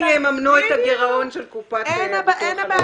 שיממנו את הגירעון בקופת הביטוח הלאומי.